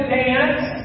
dance